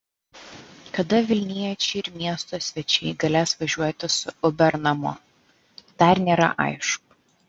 kada vilniečiai ir miesto svečiai galės važiuoti su uber namo dar nėra aišku